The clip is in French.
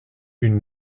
une